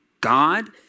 God